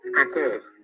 encore